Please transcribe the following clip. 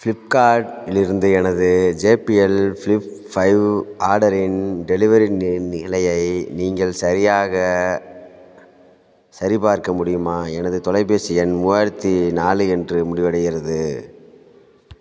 Flipkart இலிருந்து எனது J B L flip five ஆர்டரின் டெலிவரி நி நிலையை நீங்கள் சரியாக சரிபார்க்க முடியுமா எனது தொலைபேசி எண் மூவாயிரத்தி நாலு என்று முடிவடைகிறது